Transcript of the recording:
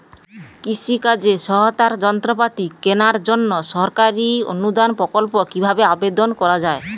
কৃষি কাজে সহায়তার যন্ত্রপাতি কেনার জন্য সরকারি অনুদান প্রকল্পে কীভাবে আবেদন করা য়ায়?